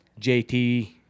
JT